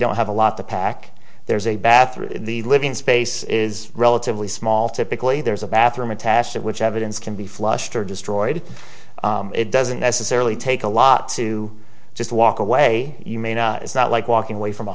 have a lot to pack there's a bathroom the living space is relatively small typically there's a bathroom attached which evidence can be flushed or destroyed it doesn't necessarily take a lot to just walk away you may know it's not like walking away from a